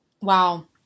Wow